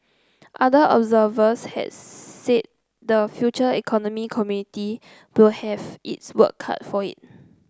other observers had said the Future Economy Committee will have its work cut for it